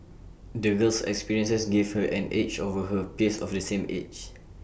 the girl's experiences gave her an edge over her peers of the same age